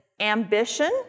ambition